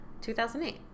2008